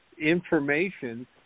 information